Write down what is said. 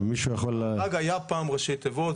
מישהו יכול -- המארג היה פעם ראשי תיבות,